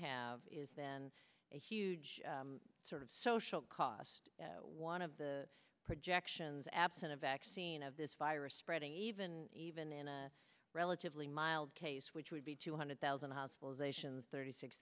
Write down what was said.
have is then a huge sort of social cost one of the projections absent of scene of this virus spreading even even in a relatively mild case which would be two hundred thousand hospitalizations thirty six